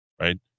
right